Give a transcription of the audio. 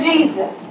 Jesus